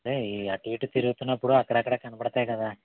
అదే అటు ఇటు తిరుగుతున్నప్పుడు అక్కడక్కడ కనబడతాయి కదా